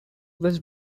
was